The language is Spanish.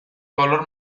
color